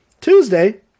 Tuesday